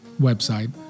website